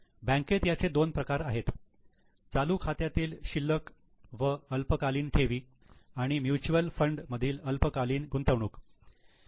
बँकेत याचे दोन प्रकार आहेत चालू खात्यातील शिल्लक व अल्पकालीन ठेवी आणि म्युच्युअल फंड मधील अल्पकालीन गुंतवणुकी